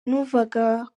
numvaga